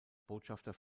botschafter